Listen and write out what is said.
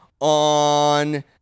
on